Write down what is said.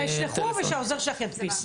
ישלחו ושהעוזר שלך ידפיס.